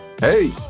Hey